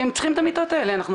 כי אנחנו צריכים את המיטות האלה.